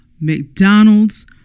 mcdonald's